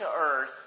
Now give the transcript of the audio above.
earth